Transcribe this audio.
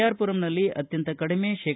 R ಪುರಂನಲ್ಲಿ ಅತ್ಯಂತ ಕಡಿಮೆ ಶೇ